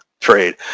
trade